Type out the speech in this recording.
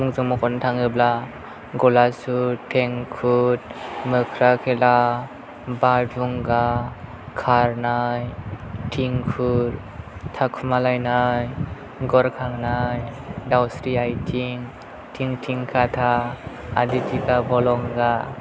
मुंफोर मख'नो थाङोब्ला गलासुद थेंखुद मोख्रा खेला बादुंगा खारनाय थिंखुर थाखुमालायनाय गर खानाय दाउस्रि आथिं थिं थिं खाथा आदिथिखा बलंगा